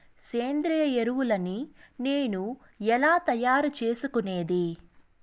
సేంద్రియ ఎరువులని నేను ఎలా తయారు చేసుకునేది?